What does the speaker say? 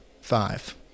five